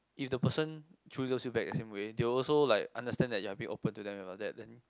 if the person truly loves you back the same way they will also like understand that you are a bit open to them about that then